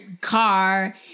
car